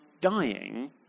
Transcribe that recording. dying